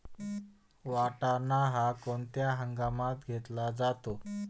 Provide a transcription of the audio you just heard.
वाटाणा हा कोणत्या हंगामात घेतला जातो?